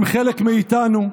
הם חלק מאיתנו,